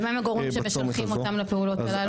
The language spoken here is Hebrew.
ומה עם הגורמים שמשלחים אותם לפעולות הללו?